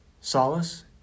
Solace